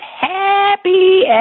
happy